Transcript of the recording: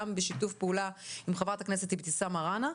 גם בשיתוף פעולה עם חברת הכנסת אבתיסאם מראענה,